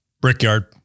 brickyard